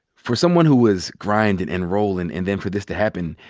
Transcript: for someone who was grindin' and rollin' and then for this to happen,